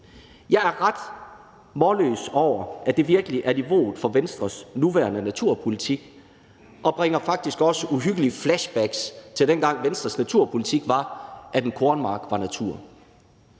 Jeg er ret målløs over, at det virkelig er niveauet for Venstres nuværende naturpolitik, og det bringer faktisk også uhyggelige flashbacks til dengang, hvor Venstres naturpolitik var, at en kornmark var natur.